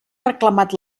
reclamat